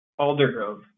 Aldergrove